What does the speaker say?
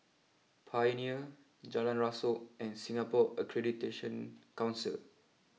Pioneer Jalan Rasok and Singapore Accreditation Council